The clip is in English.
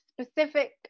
specific